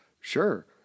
sure